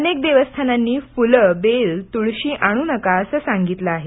अनेक देवस्थानांनी फुलं बेल तुळशी आणू नका असं सांगितलं आहे